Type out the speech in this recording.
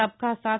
సబ్కా సాత్